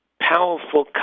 powerful